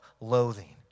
loathing